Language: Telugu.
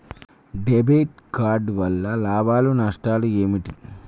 డెబిట్ కార్డు వల్ల లాభాలు నష్టాలు ఏమిటి?